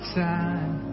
time